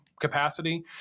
capacity